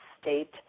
state